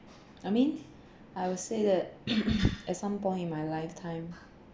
I mean I would say that at some point in my lifetime